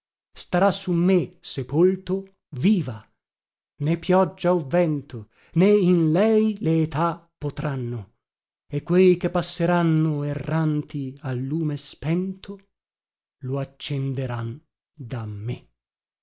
starà su me sepolto viva né pioggia o vento né in lei le età potranno e quei che passeranno erranti a lume spento lo accenderan da me